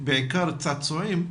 בעיקר צעצועים,